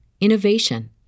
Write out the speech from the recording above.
innovation